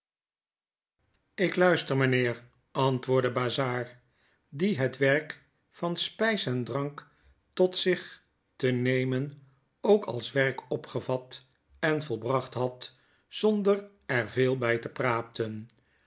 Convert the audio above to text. ik luister mijnheer antwoordde bazzard die het werk van spys en drank tot zich te nemen ook als werk opgevat en volbracht had zonder er veel bij te praten